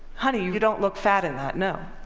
honey, you you don't look fat in that, no.